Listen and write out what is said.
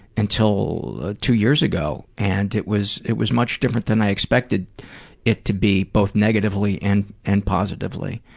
until two years ago. and it was it was much different than i expected it to be, both negatively and and positively.